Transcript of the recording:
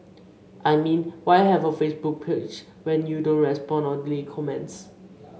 I mean why have a Facebook page when you don't respond or delete comments